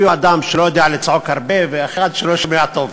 הביאו אדם שלא יודע לצעוק הרבה ואחד שלא שומע טוב,